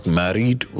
married